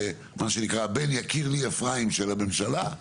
הבן יקיר לי אפרים של הממשלה.